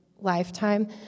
lifetime